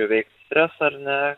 įveikt stresą ar ne